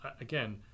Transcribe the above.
again